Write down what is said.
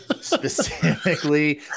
specifically